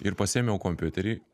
ir pasiėmiau kompiuterį